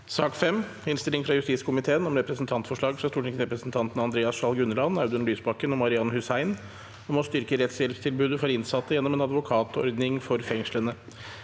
Innstilling fra justiskomiteen om Representantfor- slag fra stortingsrepresentantene Andreas Sjalg Unne- land, Audun Lysbakken og Marian Hussein om å styrke rettshjelpstilbudet for innsatte gjennom en advokatord- ning for fengslene